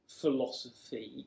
philosophy